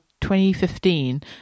2015